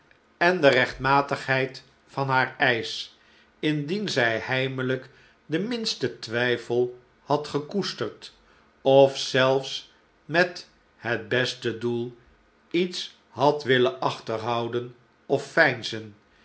en de rechtmatigheid van haar eisch indien zij heimelijk den minsten twijfel had gekoesterd of zelfs met het beste doel iets had willen achterhouden of veinzen